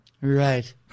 Right